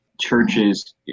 Churches